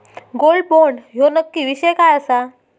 Gold bond ह्यो नक्की विषय काय आसा?